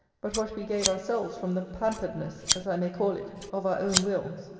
but what we gave ourselves from the pamperedness, as i may call it, of our own wills.